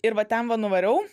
ir va ten va nuvariau